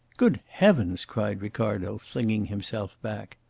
good heavens! cried ricardo, flinging himself back.